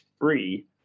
free